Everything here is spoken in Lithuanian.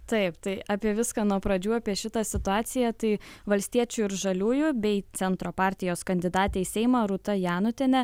taip tai apie viską nuo pradžių apie šitą situaciją tai valstiečių ir žaliųjų bei centro partijos kandidatė į seimą rūta janutienė